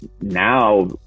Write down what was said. now